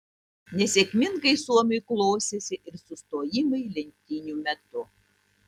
nesėkmingai suomiui klostėsi ir sustojimai lenktynių metu